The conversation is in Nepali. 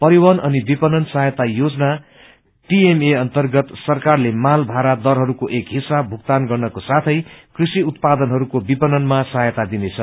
परिवहन अनि विपणन सहायता योजना टीएमए अन्तर्गत सरकारले माल भाँडा दरहरूको एक हिस्सा भुगतान गर्नको साथै कृषि उत्पादहरूको विपणनमा सहायता दिनेछ